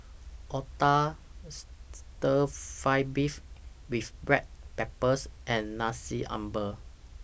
Otah Stir Fry Beef with Black Pepper and Nasi Ambeng